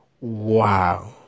wow